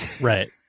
Right